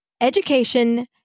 education